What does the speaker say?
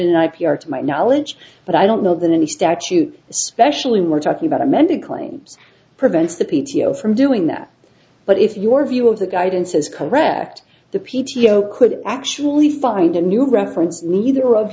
r to my knowledge but i don't know that any statute especially we're talking about amended claims prevents the p t o from doing that but if your view of the guidance is correct the p t o could actually find a new reference neither of